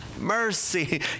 mercy